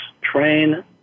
train